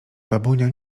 babunia